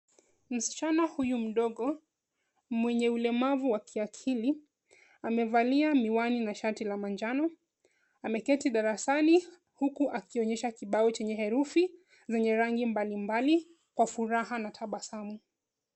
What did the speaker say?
Msichana huyu mdogo mwenye ulemavu wa kiakili, amevalia miwani na shati la manjano. Ameketi darasani huku akionyesha kibao chenye herufi zenye rangi mbalimbali kwa furaha na tabasamu.